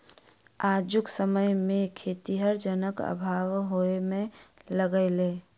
आजुक समय मे खेतीहर जनक अभाव होमय लगलै